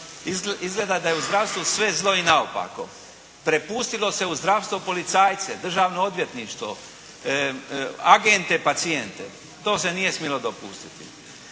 izgleda da je u zdravstvu sve zlo i naopako. Prepustilo se u zdravstvo policajce, državno odvjetništvo, agente pacijente. To se nije smjelo dopustiti.